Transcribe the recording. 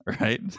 Right